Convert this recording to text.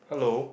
hello